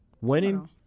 winning